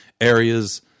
areas